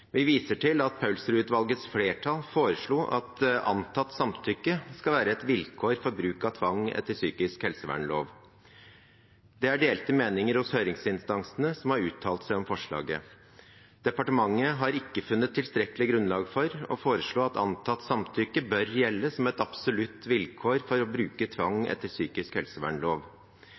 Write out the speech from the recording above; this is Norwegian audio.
Vi viser til at Paulsrud-utvalgets flertall foreslo at antatt samtykke skal være et vilkår for bruk av tvang etter psykisk helsevernlov. Det er delte meninger hos høringsinstansene som har uttalt seg om forslaget. Departementet har ikke funnet tilstrekkelig grunnlag for å foreslå at antatt samtykke bør gjelde som et absolutt vilkår for å bruke tvang etter psykisk helsevernlov.